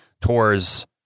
tours